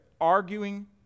Arguing